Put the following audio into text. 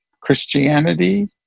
Christianity